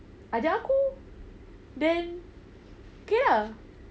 ajak aku then K lah